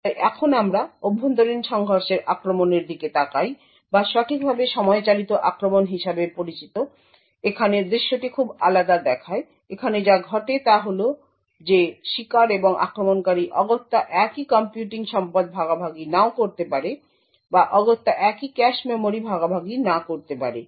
তাই এখন আমরা অভ্যন্তরীণ সংঘর্ষের আক্রমণের দিকে তাকাই বা সঠিকভাবে সময় চালিত আক্রমণ হিসাবে পরিচিত এখানে দৃশ্যটি খুব আলাদা দেখায় এখানে যা ঘটে তা হল যে শিকার এবং আক্রমণকারী অগত্যা একই কম্পিউটিং সম্পদ ভাগাভাগি নাও করতে পারে বা অগত্যা একই ক্যাশ মেমরি ভাগাভাগি না করতে পারে